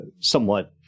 somewhat